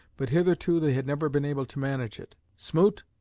but hitherto they had never been able to manage it. smoot,